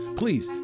please